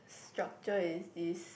structure is this